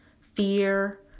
Fear